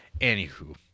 Anywho